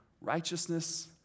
righteousness